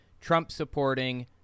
Trump-supporting